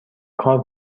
کار